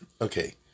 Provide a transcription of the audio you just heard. Okay